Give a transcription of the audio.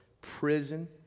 prison